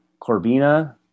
corbina